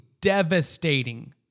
devastating